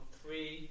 three